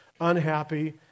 unhappy